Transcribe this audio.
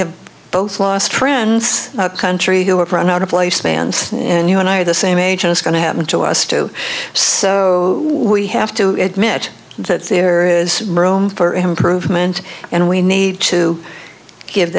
have both lost friends country who have run out of life spans and you and i are the same age and it's going to happen to us too so we have to admit that there is room for improvement and we need to give